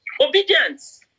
obedience